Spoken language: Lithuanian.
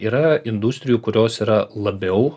yra industrijų kurios yra labiau